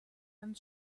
and